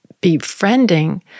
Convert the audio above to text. befriending